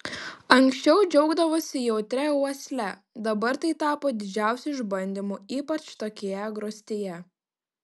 anksčiau džiaugdavosi jautria uosle dabar tai tapo didžiausiu išbandymu ypač tokioje grūstyje